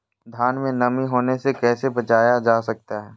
धान में नमी होने से कैसे बचाया जा सकता है?